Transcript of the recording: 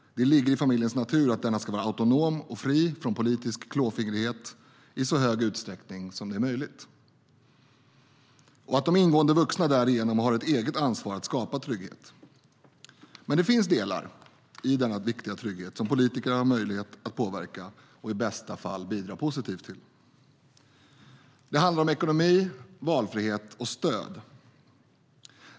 Det ligger i familjens natur att denna ska vara autonom och fri från politisk klåfingrighet i så hög utsträckning som det är möjligt. De ingående vuxna i familjen har ett eget ansvar att skapa trygghet. Men det finns delar i denna viktiga trygghet som politikerna har möjlighet att påverka och i bästa fall bidra positivt till. Det handlar om ekonomi, valfrihet och stöd.